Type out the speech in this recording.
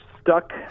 stuck